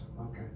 okay